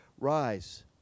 rise